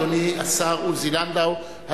אדוני השר עוזי לנדאו,